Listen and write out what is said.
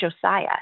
Josiah